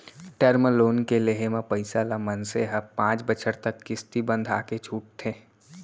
term loan के लेहे म पइसा ल मनसे ह पांच बछर तक किस्ती बंधाके छूटथे